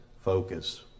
focus